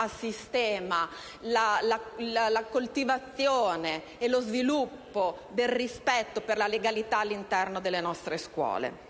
a sistema la coltivazione e lo sviluppo del rispetto per la legalità all'interno delle nostre scuole.